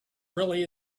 really